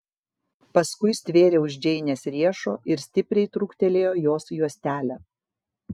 paskui stvėrė už džeinės riešo ir stipriai trūktelėjo jos juostelę